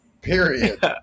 Period